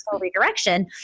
redirection